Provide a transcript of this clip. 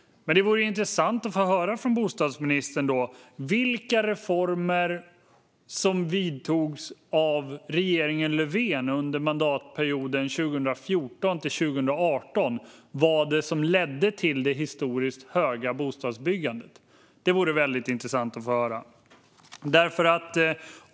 Det vore då intressant att få höra från bostadsministern vilka reformer som vidtogs av regeringen Löfven under mandatperioden 2014-2018 som ledde till det historiskt höga bostadsbyggandet. Det vore väldigt intressant att få höra.